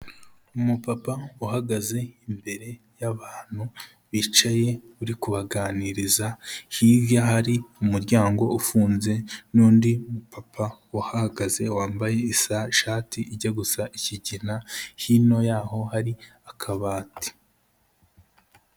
Umupapa uhagaze imbere y'abantu bicaye uri kubaganiriza, hirya hari umuryango ufunze n'undi mupapa uhagaze wambaye isa ishati ijya gusa ikigina hino yaho hari akabati.